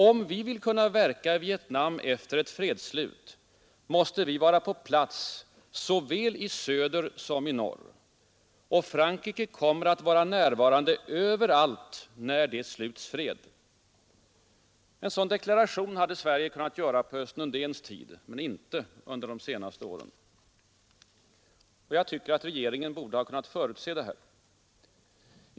Om vi vill kunna verka i Vietnam efter ett fredsslut, måste vi vara på plats såväl i söder som i norr. Och Frankrike kommer att vara närvarande överallt där det sluts fred.” En sådan deklaration hade Sverige kunnat göra på Östen Undéns tid. Men inte under de senaste åren. Jag tycker att regeringen borde ha kunnat förutse detta.